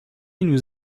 nous